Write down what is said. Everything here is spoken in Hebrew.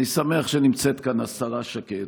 אני שמח שנמצאת כאן השרה שקד.